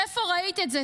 איפה ראית את זה?